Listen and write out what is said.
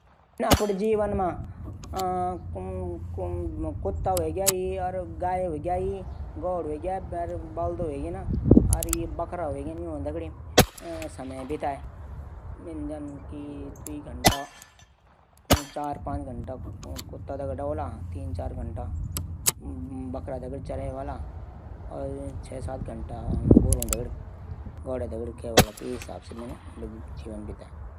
भारत मा लगभग पचीस सो से अधिक अलग अलग मछली पायें जांदी।